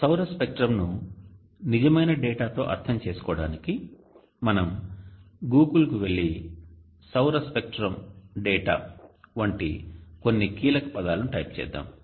సౌర స్పెక్ట్రంను నిజమైన డేటాతో అర్థం చేసుకోవడానికి మనం గూగుల్కు వెళ్లి సౌర స్పెక్ట్రం డేటా వంటి కొన్ని కీలకపదాలను టైప్ చేద్దాం